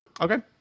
Okay